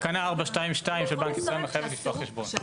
תקנה 4.2.2 של בנק ישראל מחייבת לפתוח חשבון.